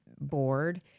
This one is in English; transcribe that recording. board